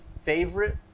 favorite